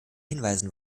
hinweisen